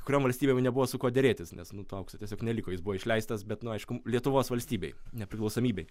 kuriom valstybėm nebuvo su kuo derėtis nes nu to aukso tiesiog neliko jis buvo išleistas bet nu aišku lietuvos valstybei nepriklausomybei